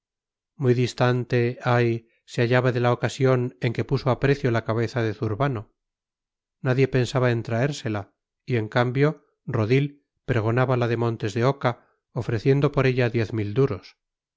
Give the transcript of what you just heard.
muy distante ay se hallaba de la ocasión en que puso a precio la cabeza de zurbano nadie pensaba en traérsela y en cambio rodil pregonaba la de montes de oca ofreciendo por ella diez mil duros